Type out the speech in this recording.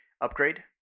Upgrade